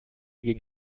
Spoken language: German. gegen